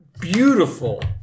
beautiful